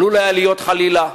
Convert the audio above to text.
עלול היה להיות, חלילה,